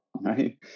right